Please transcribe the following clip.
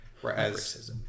whereas